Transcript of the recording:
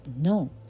No